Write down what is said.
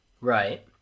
Right